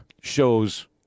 shows